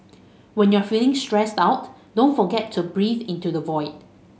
when you are feeling stressed out don't forget to breathe into the void